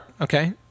okay